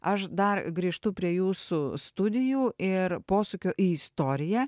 aš dar grįžtu prie jūsų studijų ir posūkio į istoriją